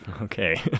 Okay